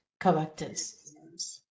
characters